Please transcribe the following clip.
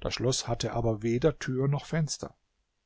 das schloß hatte aber weder tür noch fenster